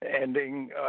ending